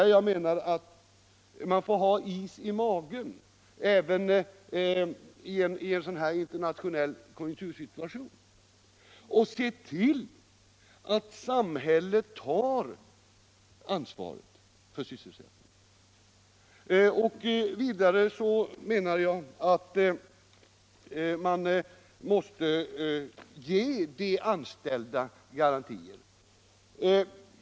Man får ha is i magen även i en sådan här internationell konjunktursituation och se till att samhället tar ansvaret för sysselsättningen. Vidare menar jag att man måste ge de anställda garantier.